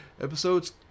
Episodes